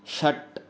षट्